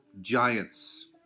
Giants